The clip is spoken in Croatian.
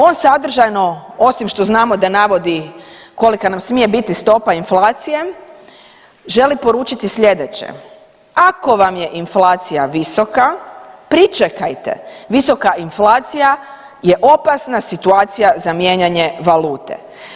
On sadržajno osim što znamo da navodi kolika nam smije biti stopa inflacije, želi poručiti sljedeće, ako vam je inflacija visoka pričekajte, visoka inflacija je opasna situacija za mijenjane valute.